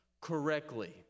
correctly